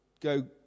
go